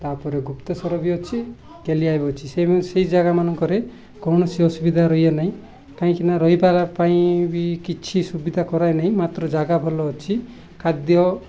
ତା'ପରେ ଗୁପ୍ତେଶ୍ଵର ବି ଅଛି କଲିଆ ବି ଅଛି ସେ ସେହି ଜାଗାମାନଙ୍କରେ କୌଣସି ଅସୁବିଧା ରୁହେ ନାହିଁ କାହିଁକିନା ରହିବାର ପାଇଁ ବି କିଛି ସୁବିଧା କରାହୋଇନାହିଁ ମାତ୍ର ଜାଗା ଭଲ ଅଛି ଖାଦ୍ୟ